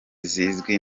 zizwi